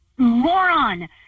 Moron